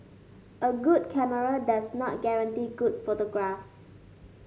a good camera does not guarantee good photographs